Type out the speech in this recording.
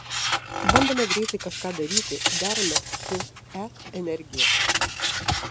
bandome greitai kažką daryti deramės su e energija